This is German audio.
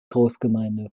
großgemeinde